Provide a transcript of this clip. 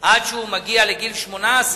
עד שהוא מגיע לגיל 18,